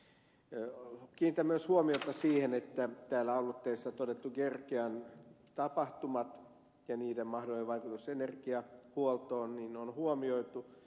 kiinnitän myös huomiota siihen että täällä aloitteessa todetut georgian tapahtumat ja niiden mahdollinen vaikutus energiahuoltoon on huomioitu